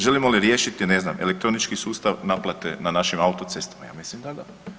Želimo li riješiti ne znam elektronički sustav naplate na našim autocestama, ja mislim da da.